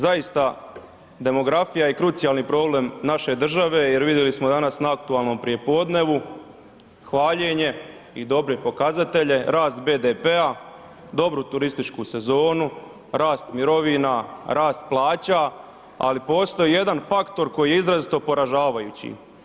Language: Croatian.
Zaista, demografija je krucijalni problem naše države jer vidjeli smo danas na aktualnom prijepodnevu hvaljenje i dobre pokazatelje, rast BDP-a, dobru turističku sezonu, rast mirovina, rast plaća, ali postoji jedan faktor koji je izrazito poražavajući.